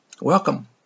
Welcome